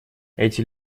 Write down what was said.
эти